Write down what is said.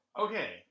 Okay